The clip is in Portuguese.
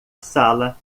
sala